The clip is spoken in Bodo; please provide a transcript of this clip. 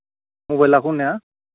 मबाइलखौ ना